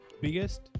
biggest